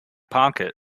pocket